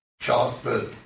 chocolate